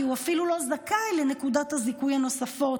כי הוא אפילו לא זכאי לנקודות הזיכוי הנוספות